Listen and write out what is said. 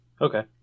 Okay